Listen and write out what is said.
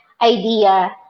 idea